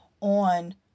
on